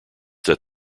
that